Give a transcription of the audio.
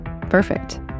Perfect